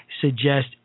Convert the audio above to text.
suggest –